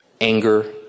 anger